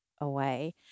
away